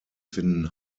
finden